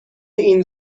این